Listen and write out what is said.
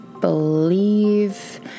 believe